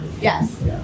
Yes